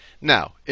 Now